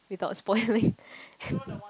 without spoiling